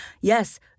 yes